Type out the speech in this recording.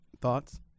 Thoughts